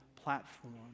platform